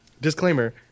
Disclaimer